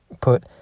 put